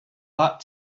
that